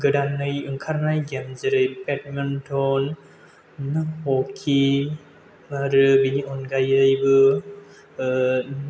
गोदानै ओंखारनाय गेम जेरै बेडमिन्ट'न हकि आरो बेनि अनगायैबो